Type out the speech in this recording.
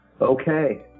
Okay